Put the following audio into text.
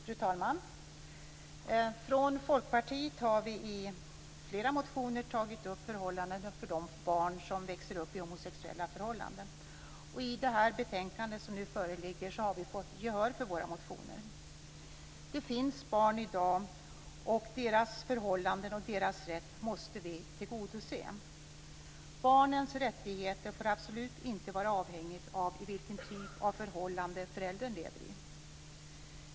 Fru talman! Från Folkpartiet har vi i flera motioner tagit upp förhållandena för de barn som växer upp i homosexuella förhållanden. I det betänkande som nu föreligger har vi fått gehör för våra motioner. Det finns barn i dessa förhållanden i dag och deras förhållanden och deras rätt måste vi tillgodose. Barnens rättigheter får absolut inte vara avhängiga av i vilken typ av förhållande föräldern lever i.